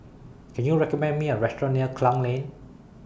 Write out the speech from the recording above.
Can YOU recommend Me A Restaurant near Klang Lane